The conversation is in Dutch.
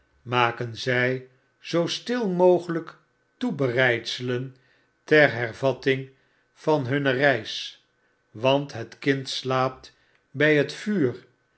maken zy zoo stil mogelijk toebereidselenter hervatting van hun reis want het kind slaapt by het vuur